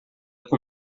com